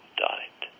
died